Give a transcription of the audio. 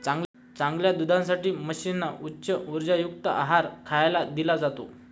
चांगल्या दुधासाठी म्हशींना उच्च उर्जायुक्त आहार खायला दिला जातो